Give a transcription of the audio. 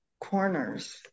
corners